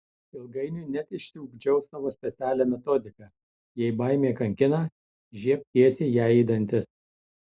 ilgainiui net išsiugdžiau savo specialią metodiką jei baimė kankina žiebk tiesiai jai į dantis